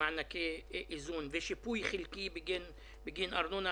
כי אנחנו רוצים לדבר על קריטריון.